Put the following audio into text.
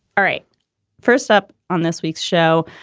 all right first up on this week's show,